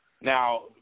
Now